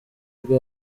bwo